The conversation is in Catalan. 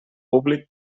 públic